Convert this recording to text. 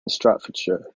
staffordshire